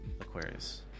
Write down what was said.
Aquarius